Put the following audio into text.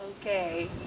Okay